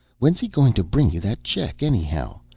when's he going to bring you that check, anyhow?